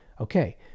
Okay